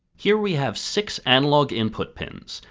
here we have six analog input pins,